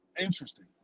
Interesting